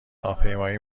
راهپیمایی